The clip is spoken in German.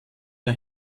bei